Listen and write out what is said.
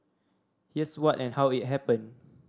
here's what and how it happened